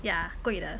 ya 贵的